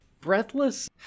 Breathless